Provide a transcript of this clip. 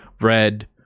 red